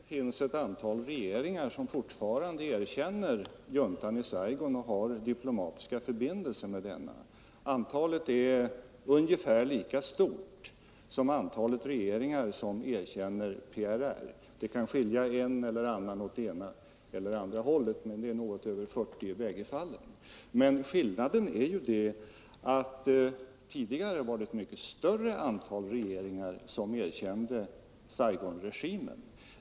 Herr talman! Det är riktigt att det finns ett antal regeringar som fortfarande erkänner juntan i Saigon och har diplomatiska förbindelser med denna. Det är ett ungefär lika stort antal som antalet regeringar som erkänner PRR. Det kan skilja på en eller annan stat mer i det ena eller andra fallet, men det är något över 40 stater i bägge fallen. Skillnaden är ju att det tidigare var ett mycket större antal regeringar som erkände Saigonregimen.